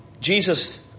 Jesus